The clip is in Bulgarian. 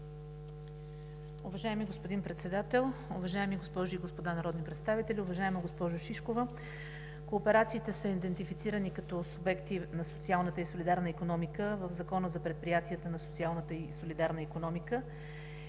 Уважаеми господин Председател, уважаеми госпожи и господа народни представители! Уважаема госпожо Шишкова, кооперациите са идентифицирани като субекти на социалната и солидарна икономика в Закона за предприятията на социалната и солидарна икономика,